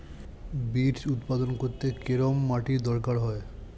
Beets উৎপাদন করতে কেরম মাটির দরকার হয়?